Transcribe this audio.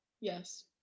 Yes